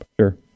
Sure